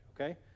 okay